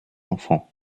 enfants